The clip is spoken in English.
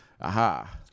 Aha